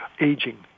aging